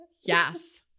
yes